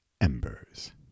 Embers